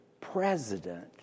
president